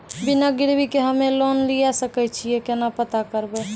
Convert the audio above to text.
बिना गिरवी के हम्मय लोन लिये सके छियै केना पता करबै?